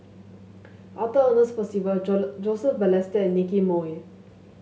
Arthur Ernest Percival Joseph Balestier and Nicky Moey